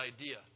idea